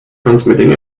transmitting